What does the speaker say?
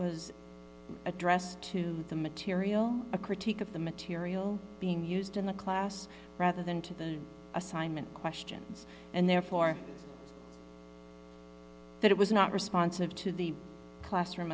was addressed to the material a critique of the material being used in the class rather than to the assignment questions and therefore that it was not responsive to the classroom